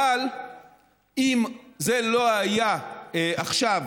אבל אם זה לא היה עכשיו,